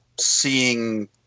seeing